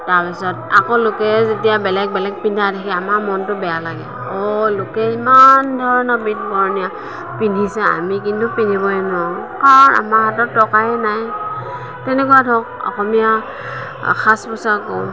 তাৰপিছত আকৌ লোকে যেতিয়া বেলেগ বেলেগ পিন্ধা দেখি আমাৰ মনটো বেয়া লাগে অঁ লোকে ইমান ধৰণৰ বিধ বৰ্ণীয় পিন্ধিছে আমি কিন্তু পিন্ধিবই নোৱাৰোঁ কাৰণ আমাৰ হাতত টকাই নাই তেনেকুৱা ধৰক অসমীয়া সাজ পোছাকো